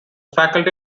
faculty